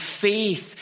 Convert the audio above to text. faith